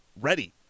ready